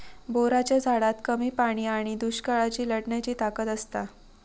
बोराच्या झाडात कमी पाणी आणि दुष्काळाशी लढण्याची ताकद असता